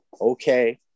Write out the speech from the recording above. Okay